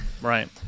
Right